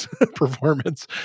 performance